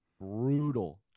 brutal